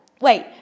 Wait